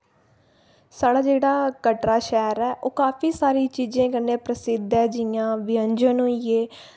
साढ़ा जेह्ड़ा कटरा शैह्र ऐ ओह् काफी सारी चीजें कन्नै प्रसिद्ध ऐ जि'यां व्यंजन होई गे